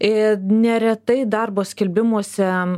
i neretai darbo skelbimuose